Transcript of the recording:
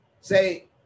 Say